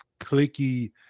clicky